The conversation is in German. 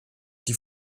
die